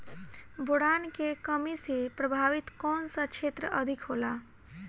Boron के कमी से प्रभावित कौन सा क्षेत्र अधिक होला?